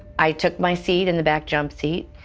i took my seat in the back jumpseat,